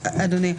אדוני,